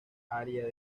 área